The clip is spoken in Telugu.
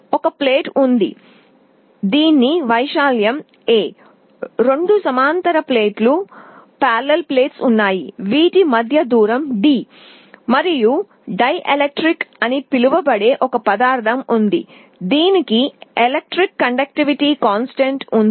ఒక ప్లేట్ ఉంది దీని వైశాల్యం A రెండు సమాంతర ప్లేట్లు ఉన్నాయి వీటి మధ్య దూరం d మరియు డైఎలెక్ట్రిక్ అని పిలువబడే ఒక పదార్థం ఉంది దీనికి విద్యుద్వాహక స్థిరాంకం ఉంటుంది